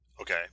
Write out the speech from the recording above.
Okay